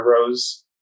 rows